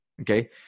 Okay